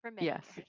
yes